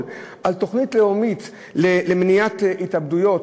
למען תוכנית לאומית למניעת התאבדויות,